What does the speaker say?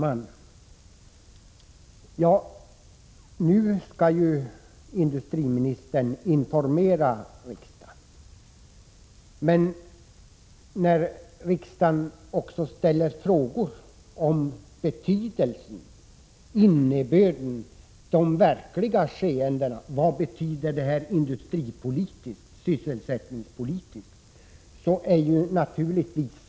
Fru talman! Industriministern skall ju nu informera oss. Vi har naturligtvis rätt att förvänta oss fylliga och uttömmande svar även när vi i riksdagen ställer frågor om skeendenas verkliga industripolitiska och sysselsättningspolitiska innebörd.